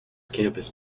campus